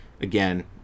again